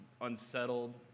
unsettled